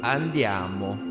Andiamo